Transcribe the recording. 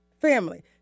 family